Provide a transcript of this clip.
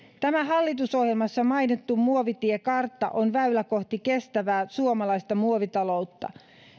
tämä hallitusohjelmassa mainittu muovitiekartta on väylä kohti kestävää suomalaista muovitaloutta